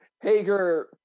Hager